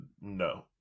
no